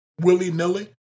willy-nilly